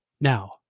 Now